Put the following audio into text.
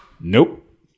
nope